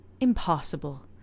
Impossible